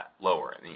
lower